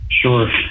Sure